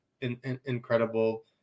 incredible